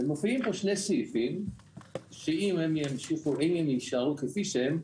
ומופיעים פה שני סעיפים שאם הם יישארו כפי שהם,